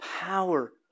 power